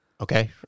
okay